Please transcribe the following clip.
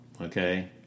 okay